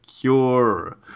cure